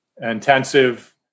intensive